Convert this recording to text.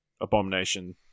abomination